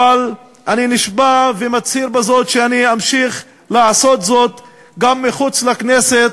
אבל אני נשבע ומצהיר בזאת שאני אמשיך לעשות זאת גם מחוץ לכנסת,